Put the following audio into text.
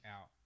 out